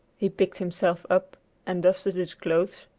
he picked himself up and dusted his clothes,